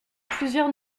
plusieurs